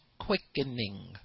quickening